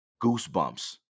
goosebumps